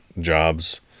jobs